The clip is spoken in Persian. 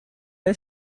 ایا